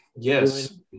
Yes